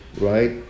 Right